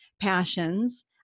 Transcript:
passions